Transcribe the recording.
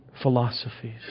philosophies